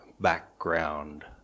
background